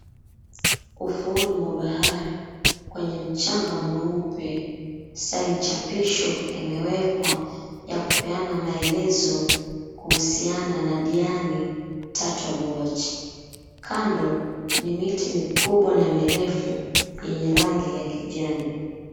Ufuoni mwa bahari, kwenye mchanga mweupe, sign chapisho imewekwa, ya kupeana maelezo kuhusiana na Diani Turtle Watch. Kando, ni miti mikubwa na mirefu yenye rangi ya kijani.